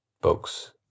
books